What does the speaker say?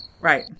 Right